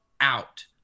out